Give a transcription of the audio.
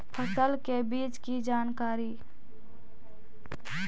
फसल के बीज की जानकारी?